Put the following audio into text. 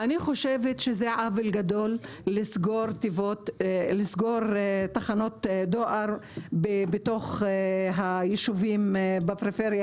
אני חושבת שזה עוול גדול לסגור תחנות דואר ביישובים בפריפריה